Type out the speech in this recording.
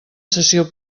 sessió